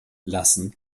lassen